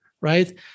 right